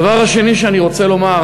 הדבר השני שאני רוצה לומר,